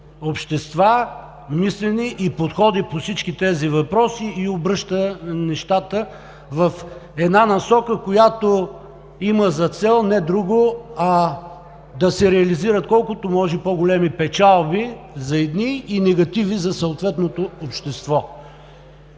общества, мислени, и подходи по всички тези въпроси и обръща нещата в насока, която има за цел не друго, а да се реализират колкото може по-големи печалби за едни и негативи за съответното общество.